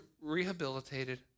rehabilitated